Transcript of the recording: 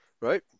Right